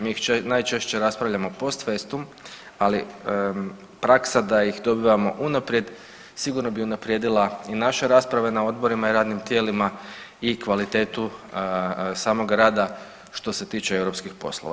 Mi ih najčešće raspravljamo post festum, ali praksa da ih dobivamo unaprijed sigurno bi unaprijedila i naše rasprave na odborima i radnim tijelima i kvalitetu samog rada što se tiče europskih poslova.